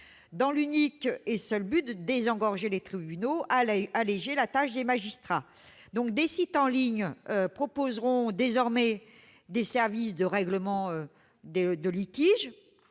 dans l'unique et seul but de désengorger les tribunaux et d'alléger la tâche des magistrats. Des sites en ligne proposeront donc désormais des services de règlement de litiges